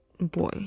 Boy